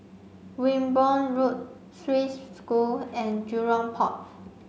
Wimborne Road Swiss School and Jurong Port